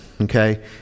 okay